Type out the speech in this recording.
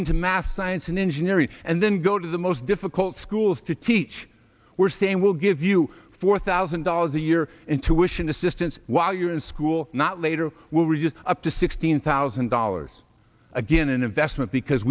into math science and engineering and then go to the most difficult schools to teach we're saying we'll give you four thousand dollars a year intuition assistance while you're in school not later will reduce up to sixteen thousand dollars again an investment because